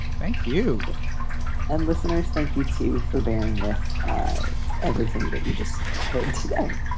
thank you and listeners. thank you to you for bearing with everything that you just heard today.